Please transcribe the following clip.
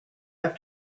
have